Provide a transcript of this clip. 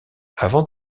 avant